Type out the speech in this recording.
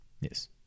yes